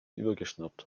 übergeschnappt